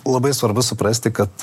labai svarbu suprasti kad